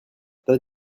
tas